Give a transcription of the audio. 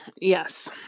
Yes